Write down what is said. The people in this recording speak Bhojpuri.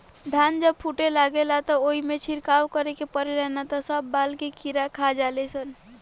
धान जब फूटे लागेला त ओइमे छिड़काव करे के पड़ेला ना त सब बाल के कीड़ा खा जाले सन